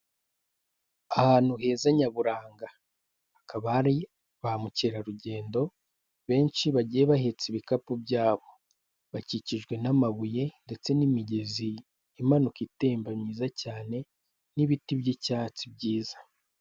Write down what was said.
Ahantu heza nyaburanga, hakaba hari ba mukerarugendo benshi, bagiye bahetse ibikapu byabo, bakikijwe n'amabuye ndetse n'imigezi imanuka itemba myiza cyane n'ibiti by'icyatsi byiza.